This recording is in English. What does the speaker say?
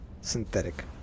Synthetic